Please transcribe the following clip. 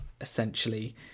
essentially